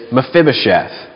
Mephibosheth